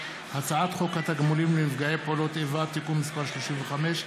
הצעת חוק התגמולים לנפגעי פעולות איבה (תיקון מס' 35),